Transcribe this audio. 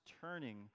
turning